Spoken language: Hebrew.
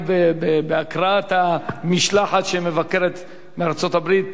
בהקראת שמות חברי המשלחת מארצות-הברית